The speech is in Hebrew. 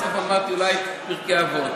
בסוף אמרתי: אולי פרקי אבות.